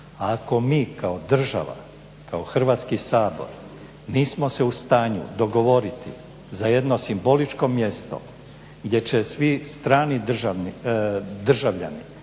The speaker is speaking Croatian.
Ako mi kao država, kao Hrvatski sabor nismo se u stanju dogovoriti za jedno simbolično mjesto gdje će svi strani državnici